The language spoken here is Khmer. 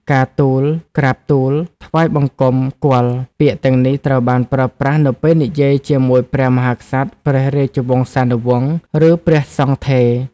ការទូល ក្រាបទូល ថ្វាយបង្គំគាល់ ពាក្យទាំងនេះត្រូវបានប្រើប្រាស់នៅពេលនិយាយជាមួយព្រះមហាក្សត្រ ព្រះរាជវង្សានុវង្ស ឬព្រះសង្ឃថេរ។